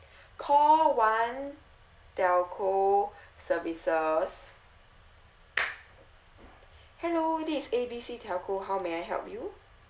call one telco services hello this is A B C telco how may I help you